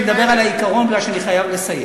אני מדבר על העיקרון מפני שאני חייב לסיים.